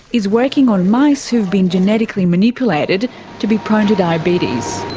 is working on mice who had been genetically manipulated to be prone to diabetes.